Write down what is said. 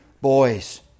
boys